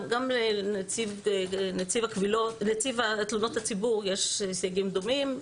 לנציב תלונות הציבור יש סייגים דומים.